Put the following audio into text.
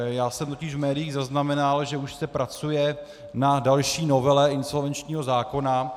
Já jsem totiž v médiích zaznamenal, že už se pracuje na další novele insolvenčního zákona.